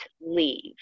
leave